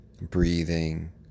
breathing